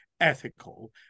ethical